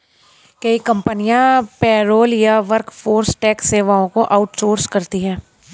कई कंपनियां पेरोल या वर्कफोर्स टैक्स सेवाओं को आउट सोर्स करती है